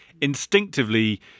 instinctively